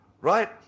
Right